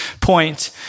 point